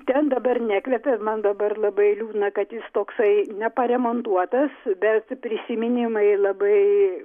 ten dabar nekvepia man dabar labai liūdna kad jis toksai neparemontuotas bet prisiminimai labai